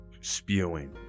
spewing